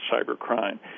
cybercrime